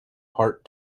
part